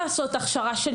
הכשרה,